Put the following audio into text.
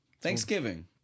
Thanksgiving